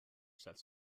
sets